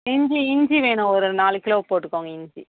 இஞ்சி இஞ்சி வேணும் ஒரு நாலு கிலோ போட்டுக்கோங்க இஞ்சி